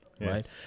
right